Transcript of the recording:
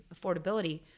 affordability